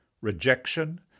rejection